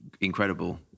incredible